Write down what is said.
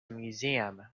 museum